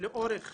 לאורך